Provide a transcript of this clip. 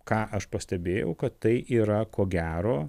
ką aš pastebėjau kad tai yra ko gero